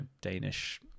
Danish